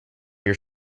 your